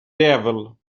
devil